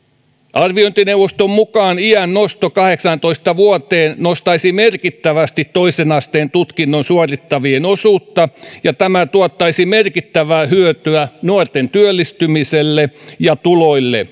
arviointineuvoston mukaan iän nosto kahdeksaantoista vuoteen nostaisi merkittävästi toisen asteen tutkinnon suorittavien osuutta ja tämä tuottaisi merkittävää hyötyä nuorten työllistymiselle ja tuloille se